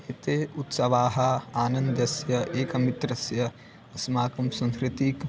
एते उत्सवाः आनन्दस्य एकमित्रस्य अस्माकं सांस्कृतिकं